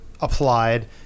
applied